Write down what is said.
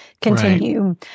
continue